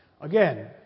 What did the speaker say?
Again